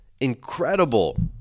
incredible